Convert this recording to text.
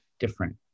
Different